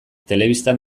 telebistan